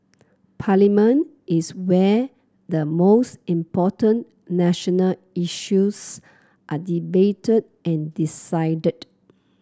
parliament is where the most important national issues are debated and decided